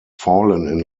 fallen